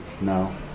No